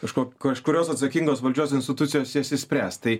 kažkoks kažkurios atsakingos valdžios institucijos jas išsispręs tai